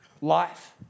life